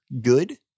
good